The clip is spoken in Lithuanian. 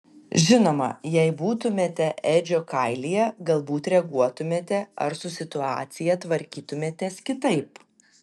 žinoma jei būtumėte edžio kailyje galbūt reaguotumėte ar su situacija tvarkytumėtės kitaip